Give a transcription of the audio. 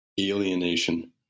alienation